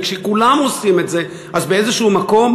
וכשכולם עושים את זה אז באיזשהו מקום